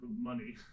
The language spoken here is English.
money